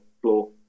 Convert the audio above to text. floor